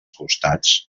costats